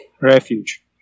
Refuge